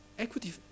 Equity